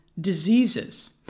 diseases